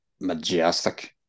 majestic